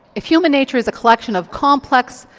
if human nature is a collection of complex,